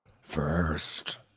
first